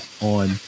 on